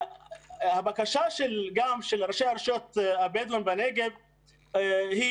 הבקשה של גם ראשי הרשויות הבדואים בנגב היא